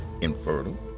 infertile